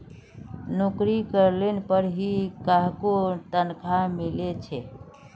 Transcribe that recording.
नोकरी करले पर ही काहको तनखा मिले छे